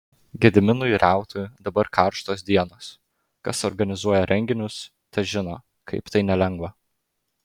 gediminui reutui dabar karštos dienos kas organizuoja renginius tas žino kaip tai nelengva